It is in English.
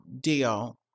deal